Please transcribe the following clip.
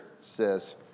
says